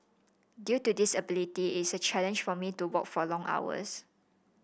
due to disability it's a challenge for me to walk for long hours